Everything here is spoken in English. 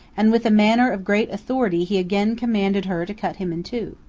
and with a manner of great authority he again commanded her to cut him in two.